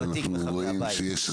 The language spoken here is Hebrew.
שיהיה לך